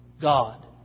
God